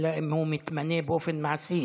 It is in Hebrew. אלא אם כן הוא מתמנה באופן מעשי.